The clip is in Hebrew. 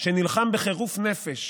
שנלחם בחירוף נפש